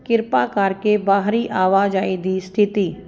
ਕਿਰਪਾ ਕਰਕੇ ਬਾਹਰੀ ਆਵਾਜਾਈ ਦੀ ਸਥਿਤੀ